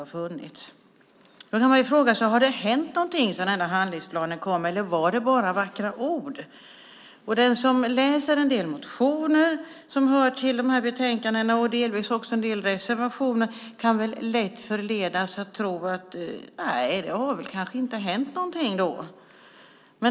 Man kan fråga sig: Har det hänt något sedan handlingsplanen kom eller var det bara vackra ord? Den som läser en del motioner som hör till de här betänkandena, och delvis en del reservationer, kan lätt förledas att tro att det inte har hänt någonting.